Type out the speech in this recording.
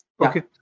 okay